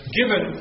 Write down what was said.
given